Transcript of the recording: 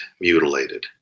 mutilated